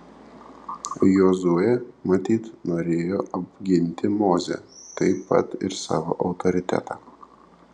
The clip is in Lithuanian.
jozuė matyt norėjo apginti mozę taip pat ir savo autoritetą